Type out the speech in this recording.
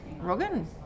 Rogan